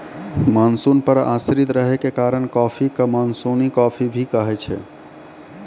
monsoon पर आश्रित रहै के कारण कॉफी कॅ मानसूनी कॉफी भी कहै छै